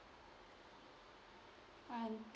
one